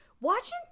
watching